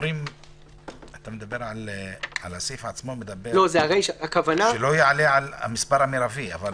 פה הסעיף עצמו מדבר שלא יעלה על המספר המרבי, אבל